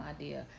idea